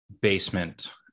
basement